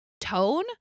tone